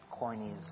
cornies